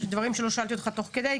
יש דברים שלא שאלתי אותך תוך כדי,